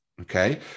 Okay